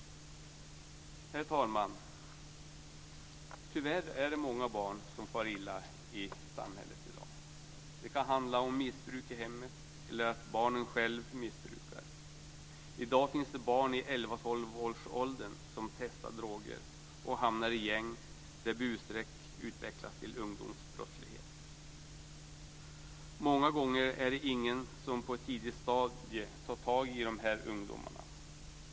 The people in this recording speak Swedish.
Fru talman! Tyvärr är det många barn som far illa i samhället i dag. Det kan handla om missbruk i hemmet eller om att barnen själva missbrukar. I dag finns det barn i elva-tolv-årsåldern som testar droger och som hamnar i gäng där busstreck utvecklas till ungdomsbrottslighet. Många gånger är det ingen som på ett tidigt stadium tar tag i de här ungdomarna.